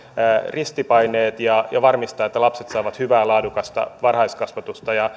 ristipaineet ja ja varmistaa että lapset saavat hyvää laadukasta varhaiskasvatusta